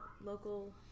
local